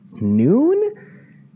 noon